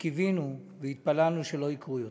וקיווינו והתפללנו שלא יקרו יותר.